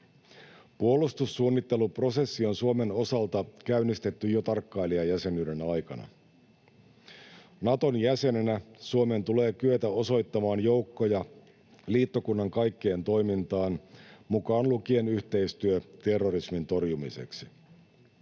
Puolustussuunnitteluprosessi on Suomen osalta käynnistetty jo tarkkailijajäsenyyden aikana. Naton jäsenenä Suomen tulee kyetä osoittamaan joukkoja liittokunnan kaikkeen toimintaan mukaan lukien yhteistyö terrorismin torjumiseksi.